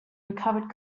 recovered